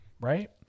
right